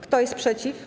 Kto jest przeciw?